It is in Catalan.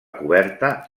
coberta